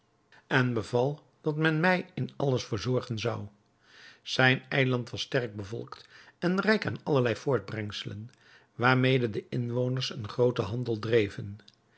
en beval dat men mij in alles verzorgen zou zijn eiland was sterk bevolkt en rijk aan allerlei voortbrengselen waarmede de inwoners een grooten handel dreven